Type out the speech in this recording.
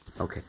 okay